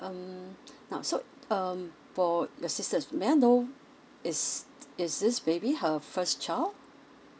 mm now so um for your sister may I know is is this baby her first child